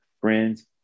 friends